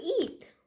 eat